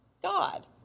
God